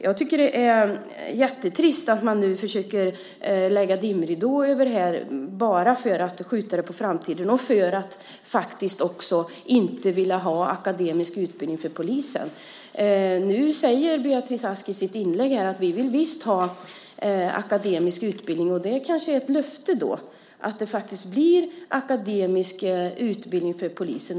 Jag tycker att det är jättetrist att man nu försöker lägga dimridåer över det här och skjuta det på framtiden och faktiskt inte vill ha akademisk utbildning för poliser. Nu säger Beatrice Ask här i sitt inlägg att ni visst vill ha akademisk utbildning. Det kanske är ett löfte om att det faktiskt blir akademisk utbildning för polisen.